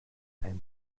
ein